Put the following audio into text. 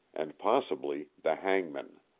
and possibly the hangman.